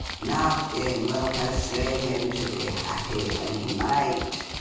nothing will persuade him to be happy when he might.